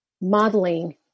modeling